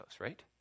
right